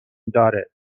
داره